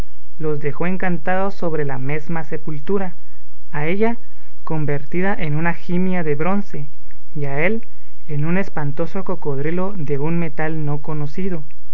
los dejó encantados sobre la mesma sepultura a ella convertida en una jimia de bronce y a él en un espantoso cocodrilo de un metal no conocido